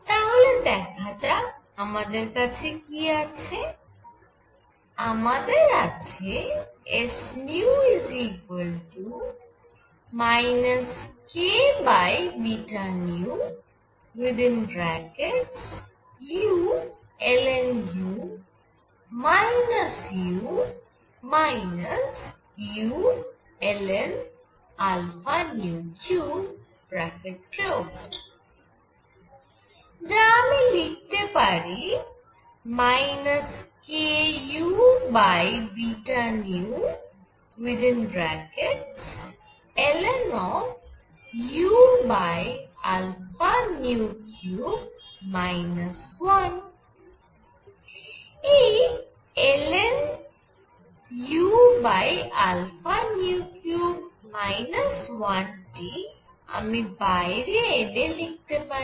তাহলে দেখা যাক আমাদের কাছে কি আছে আমাদের আছে s kβνulnu u ulnα3 যা আমি লিখতে পারি kuβνln⁡ 1 এই ln u3 1 টি আমি বাইরে এনে লিখতে পারি